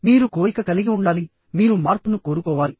మీరు కోరిక కలిగి ఉండాలి మీరు మార్పును కోరుకోవాలి